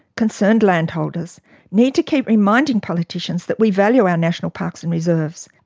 concerned land holders need to keep reminding politicians that we value our national parks and reserves.